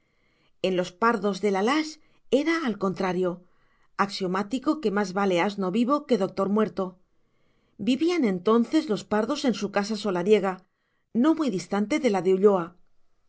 en los pardos de la lage era al contrario axiomático que más vale asno vivo que doctor muerto vivían entonces los pardos en su casa solariega no muy distante de la de